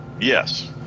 Yes